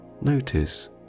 notice